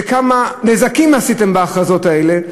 וכמה נזקים עשיתם בהכרזות האלה.